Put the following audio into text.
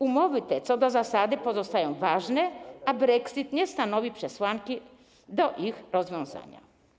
Umowy te co do zasady pozostają ważne, a brexit nie stanowi przesłanki do ich rozwiązania.